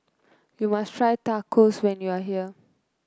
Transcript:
you must try Tacos when you are here